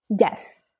Yes